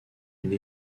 une